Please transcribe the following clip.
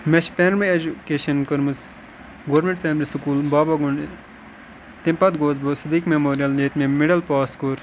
مےٚ چھِ primary education کٔرمٕژ government primary school Baba Gund تمہِ پَتہٕ گوس بہٕ سدیٖق میٚموریل ییٚتہِ مےٚ مِڈَل پاس کوٚر